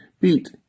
beat